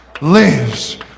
lives